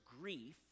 grief